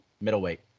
middleweight